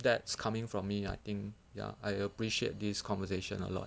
that's coming from me I think ya I appreciate this conversation a lot